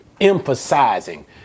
Emphasizing